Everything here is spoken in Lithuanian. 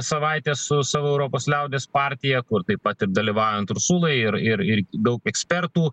savaitę su savo europos liaudies partija kur taip pat ir dalyvaujant ursulai ir ir ir daug ekspertų